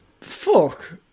Fuck